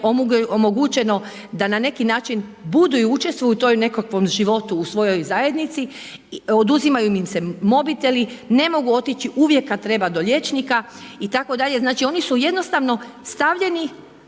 je omogućeno da na neki način budu i učestvuju u tom nekakvom životu u svojoj zajednici, oduzimaju im se mobiteli, ne mogu otići uvijek kad treba do liječnika itd., znači oni su jednostavno stavljeni